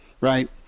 right